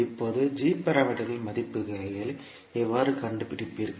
இப்போது g பாராமீட்டர்களின் மதிப்புகளை எவ்வாறு கண்டுபிடிப்பீர்கள்